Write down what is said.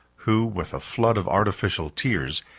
who, with a flood of artificial tears,